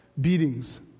beatings